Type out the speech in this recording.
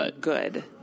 good